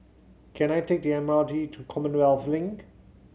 can I take the M R T to Commonwealth Link